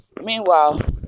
meanwhile